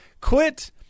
quit